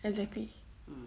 exactly